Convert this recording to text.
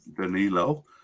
Danilo